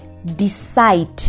decide